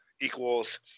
equals